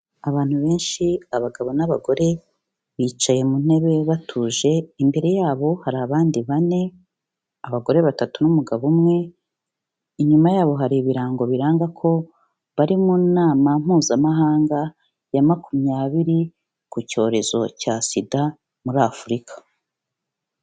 Abantu benshi, abagabo n'abagore bicaye mu ntebe batuje, imbere yabo hari abandi bane, abagore batatu n'umugabo umwe, inyuma yabo hari ibirango biranga ko bari mu nama mpuzamahanga ya makumyabiri, ku cyorezo cya SIDA muri Afurika.